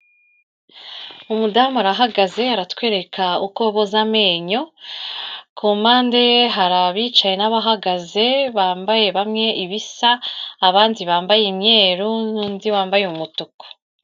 Umudamu arahagaze aratwereka uko boza amenyo, ku mpande ye hari abicaye n'abahagaze bambaye bamwe ibisa abandi bambaye imyeru n'undi wambaye umutuku.